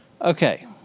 Okay